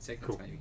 Cool